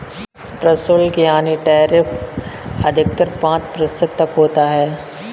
प्रशुल्क यानी टैरिफ अधिकतर पांच प्रतिशत तक होता है